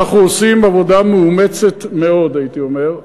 אנחנו עושים עבודה מאומצת מאוד, הייתי אומר,